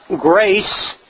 grace